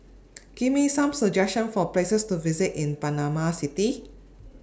Give Me Some suggestions For Places to visit in Panama City